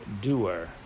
doer